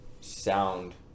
sound